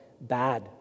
bad